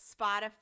spotify